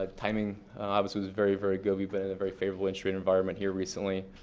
um timing obviously was very, very good. we've been in a very favorable industry environment here recently.